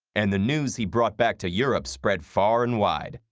and the news he brought back to europe spread far and wide,